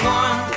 one